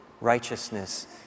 righteousness